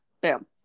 boom